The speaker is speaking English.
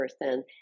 person